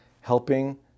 helping